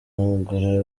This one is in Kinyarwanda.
umugore